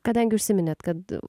kadangi užsiminėt kad